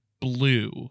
blue